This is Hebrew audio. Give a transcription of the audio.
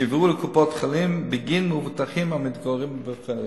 שיועברו לקופות-חולים בגין מבוטחים המתגוררים בפריפריה.